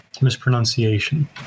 mispronunciation